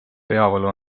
peavalu